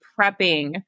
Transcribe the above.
prepping